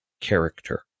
character